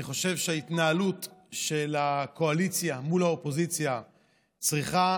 אני חושב שההתנהלות של הקואליציה מול האופוזיציה צריכה,